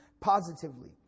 positively